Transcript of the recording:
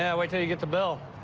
yeah wait till you get the bill.